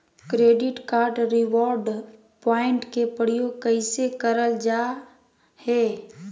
Credit card reward point के प्रयोग कैसे करल जा है?